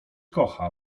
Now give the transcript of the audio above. kocha